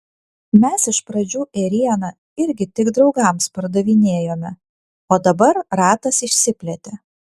mes iš pradžių ėrieną irgi tik draugams pardavinėjome o dabar ratas išsiplėtė